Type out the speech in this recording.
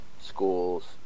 schools